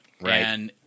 Right